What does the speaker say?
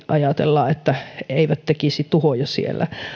ajatellaan että eivät tekisi tuhoja siellä